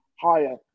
higher